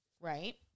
right